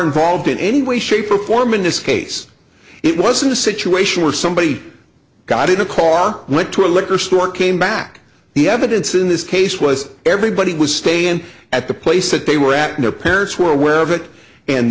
involved in any way shape or form in this case it wasn't a situation where somebody got in a car went to a liquor store came back the evidence in this case was everybody was staying at the place that they were at their parents were aware of it and